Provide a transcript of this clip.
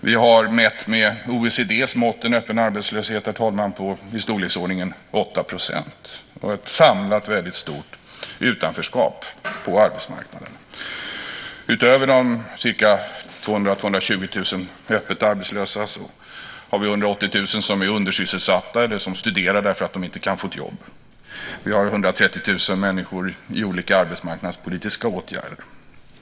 Vi har mätt med OECD:s mått en öppen arbetslöshet på i storleksordningen 8 % och ett samlat väldigt stort utanförskap på arbetsmarknaden. Utöver de 200 000-220 000 öppet arbetslösa har vi 180 000 som är undersysselsatta eller som studerar därför att de inte kan få ett jobb. Vi har 130 000 människor i olika arbetsmarknadspolitiska åtgärder.